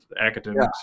academics